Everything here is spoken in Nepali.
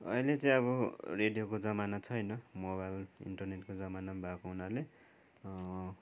अहिले चाहिँ अब रेडियोको जमाना छैन मोबाइल इन्टरनेटको जमाना भएको हुनाले